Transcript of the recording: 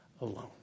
alone